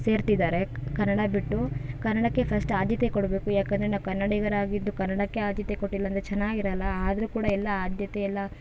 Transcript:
ಸೇರ್ತಿದ್ದಾರೆ ಕನ್ನಡ ಬಿಟ್ಟು ಕನ್ನಡಕ್ಕೆ ಫಸ್ಟ್ ಆದ್ಯತೆ ಕೊಡಬೇಕು ಯಾಕಂದರೆ ನಾವು ಕನ್ನಡಿಗರಾಗಿದ್ದು ಕನ್ನಡಕ್ಕೆ ಆದ್ಯತೆ ಕೊಟ್ಟಿಲ್ಲಾಂದ್ರೆ ಚೆನ್ನಾಗಿರಲ್ಲ ಆದರೂ ಕೂಡ ಎಲ್ಲ ಆದ್ಯತೆ ಎಲ್ಲ